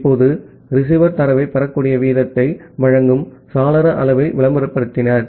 இப்போது ரிசீவர் தரவைப் பெறக்கூடிய வீதத்தை வழங்கும் சாளர அளவை விளம்பரப்படுத்தினார்